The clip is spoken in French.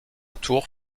tour